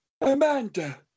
Amanda